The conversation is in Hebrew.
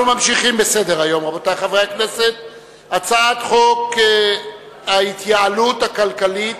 אנחנו ממשיכים בסדר-היום: הצעת חוק ההתייעלות הכלכלית